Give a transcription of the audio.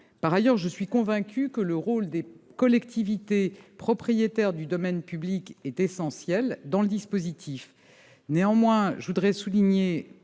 Par ailleurs, je suis convaincue que le rôle des collectivités propriétaires du domaine public est essentiel dans le dispositif. Néanmoins, je voudrais souligner